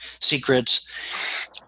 secrets